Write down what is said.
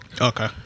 Okay